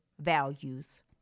values